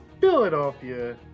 Philadelphia